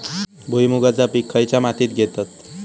भुईमुगाचा पीक खयच्या मातीत घेतत?